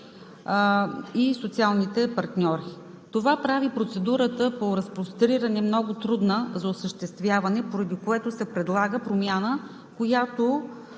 и социалните партньори. Това прави процедурата по разпростиране много трудна за осъществяване, поради което се предлага промяна, според